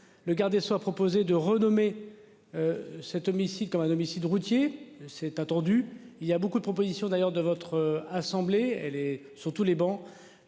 le garde des Sceaux a proposé de renommer. Cet homicide comme un homicide routier c'est attendu, il y a beaucoup de propositions d'ailleurs de votre assemblée, elle est sur tous les bancs.